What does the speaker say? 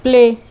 play